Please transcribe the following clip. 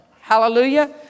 Hallelujah